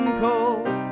cold